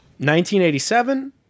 1987